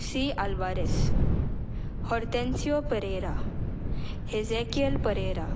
C Alvares Hortencio Pereira Hezekiel Pereira